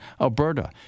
Alberta